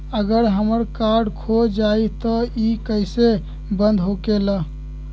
अगर हमर कार्ड खो जाई त इ कईसे बंद होकेला?